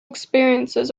experiences